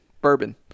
Bourbon